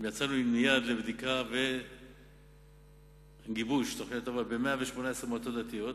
יצאנו מייד לבדיקה ולגיבוש תוכניות הבראה ב-118 מועצות דתיות.